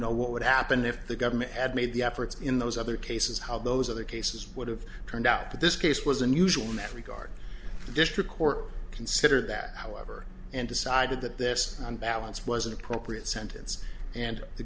know what would happen if the government had made the efforts in those other cases how those other cases would have turned out but this case was unusual in that regard the district court considered that however and decided that this on balance was an appropriate sentence and the